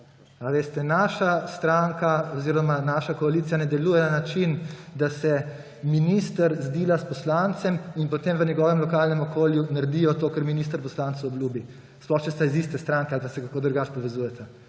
Naša stranka oziroma naša koalicija ne deluje na način, da se minister zdila s poslancem in potem v njegovem lokalnem okolju naredijo to, kar minister poslancu obljubi, sploh če sta iz iste stranke ali pa se kako drugače povezujeta.